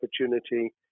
opportunity